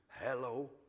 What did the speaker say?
Hello